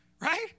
Right